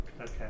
Okay